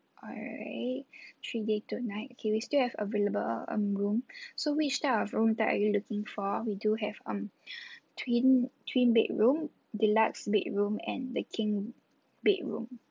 alright three day two night okay we still have available um room so which type of room type are you looking for we do have um twin twin bedroom deluxe bedroom and the king bedroom